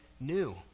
new